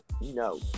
No